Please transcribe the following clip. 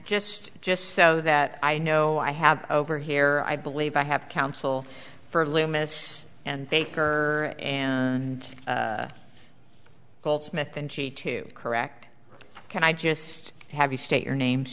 just just so that i know i have over here i believe i have counsel for limits and baker and goldsmith and t to correct can i just have you state your name